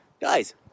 guys